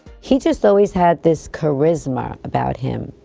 he just always had this charisma about him.